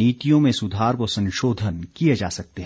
नीतियों में सुधार व संशोधन किए जा सकते हैं